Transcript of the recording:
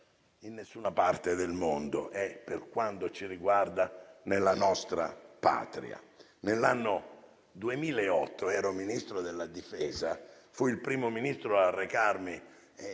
2008 ero Ministro della difesa e fui il primo Ministro a recarmi,